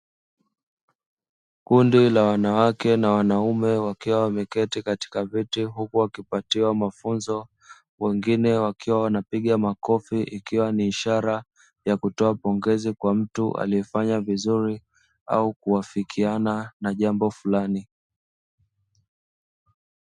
Kundi la wanawake na wanaume wakiwa wameketi katika viti huku wakipatiwa mafunzo, wengine wakiwa wanapiga makofi ikiwa ni ishara ya kutoa pongezi kwa mtu aliyefanya vizuri au kuafikiana na jambo fulani.